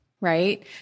right